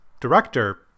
director